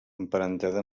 emparentada